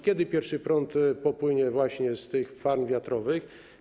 Kiedy pierwszy prąd popłynie właśnie z tych farm wiatrowych?